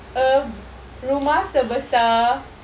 a rumah sebesar